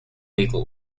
legal